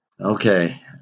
Okay